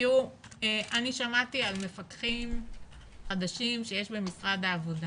אני שמעתי על מפקחים חדשים שיש למשדר העבודה.